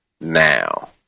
now